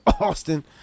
Austin